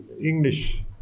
English